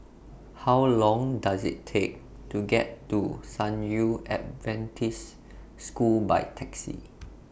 How Long Does IT Take to get to San Yu Adventist School By Taxi